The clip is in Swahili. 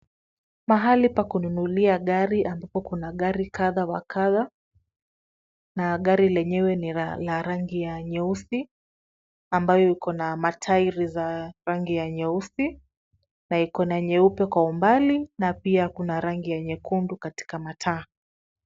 Mahali pa kununulia gari ambapo kuna gari kadha wa kadha na gari lenyewe ni la rangi ya nyeusi ambayo iko na matairi za rangi ya nyeusi na iko na nyeupe kwa umbali na pia kuna rangi ya nyekundu katika mataa.